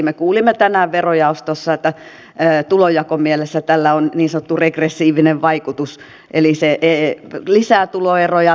me kuulimme tänään verojaostossa että tulonjakomielessä tällä on niin sanottu regressiivinen vaikutus eli tämä veron osa lisää tuloeroja